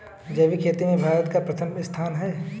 जैविक खेती में भारत का प्रथम स्थान है